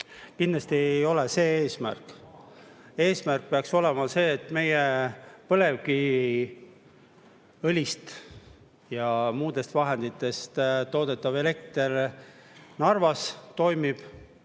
Kindlasti ei ole see eesmärk. Eesmärk peaks olema see, et meie põlevkiviõlist ja muudest vahenditest Narvas toodetav elekter toimib